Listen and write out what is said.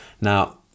Now